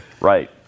Right